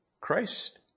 Christ